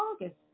August